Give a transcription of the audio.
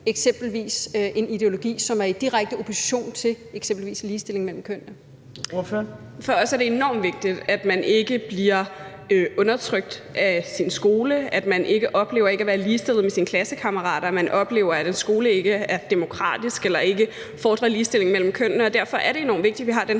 næstformand (Trine Torp): Ordføreren. Kl. 13:54 Astrid Carøe (SF): For os er det enormt vigtigt, at man ikke bliver undertrykt af sin skole, at man ikke oplever ikke at være ligestillet med sine klassekammerater, at man ikke oplever, at en skole ikke er demokratisk eller ikke fordrer ligestillingen mellem kønnene, og derfor er det enormt vigtigt, at vi har den her